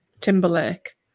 Timberlake